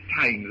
times